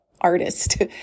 artist